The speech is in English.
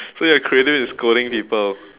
so you're creative in scolding people